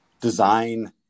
design